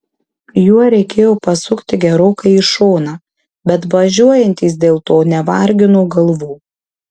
juo reikėjo pasukti gerokai į šoną bet važiuojantys dėl to nevargino galvų